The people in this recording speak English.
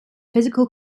physical